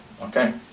okay